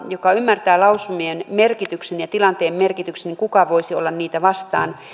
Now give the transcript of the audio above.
joka ymmärtää lausumien merkityksen ja tilanteen merkityksen voisi olla niitä vastaan